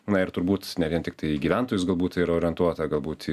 na ir turbūt ne vien tiktai į gyventojus galbūt yra orientuota galbūt į